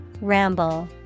Ramble